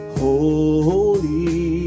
holy